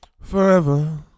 forever